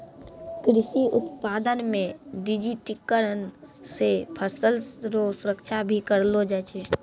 कृषि उत्पादन मे डिजिटिकरण से फसल रो सुरक्षा भी करलो जाय छै